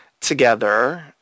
together